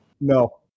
No